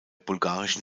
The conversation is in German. bulgarischen